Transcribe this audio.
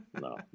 no